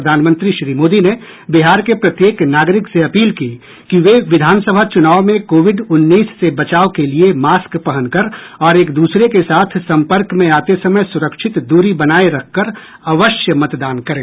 प्रधानमंत्री श्री मोदी ने बिहार के प्रत्येक नागरिक से अपील की कि वे विधानसभा चुनाव में कोविड उन्नीस से बचाव के लिए मास्क पहनकर और एक दूसरे के साथ सम्पर्क में आते समय सुरक्षित दूरी बनाए रखकर अवश्य मतदान करें